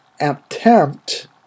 attempt